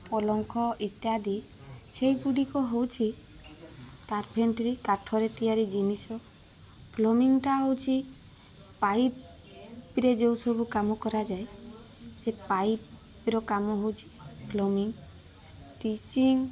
ପଲଙ୍କ ଇତ୍ୟାଦି ସେଗୁଡ଼ିକ ହଉଛି କାର୍ପେଣ୍ଟିରି କାଠରେ ତିଆରି ଜିନିଷ ପ୍ଲମିଙ୍ଗ୍ ଟା ହଉଛ ପାଇପ୍ ରେ ଯେଉଁସବୁ କାମ କରାଯାଏ ସେ ପାଇପ୍ ର କାମ ହଉଛି ପ୍ଲମିଙ୍ଗ୍ ଟିଚିଙ୍ଗ୍